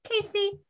Casey